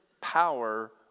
power